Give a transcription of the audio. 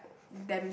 damn